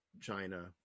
China